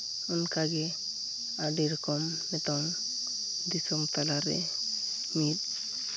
ᱚᱱᱠᱟ ᱜᱮ ᱟᱹᱰᱤ ᱨᱚᱠᱚᱢ ᱱᱤᱛᱚᱜ ᱫᱤᱥᱚᱢ ᱛᱟᱞᱟ ᱨᱮ ᱢᱤᱫ